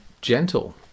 gentle